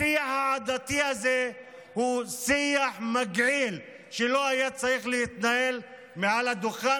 השיח העדתי הזה הוא שיח מגעיל שלא היה צריך להתנהל מעל הדוכן,